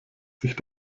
sich